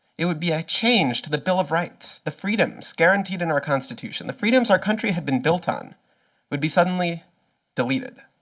it would be a change to the bill of rights. the freedoms guaranteed under and our constitution, the freedoms our country had been built on would be suddenly deleted.